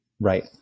Right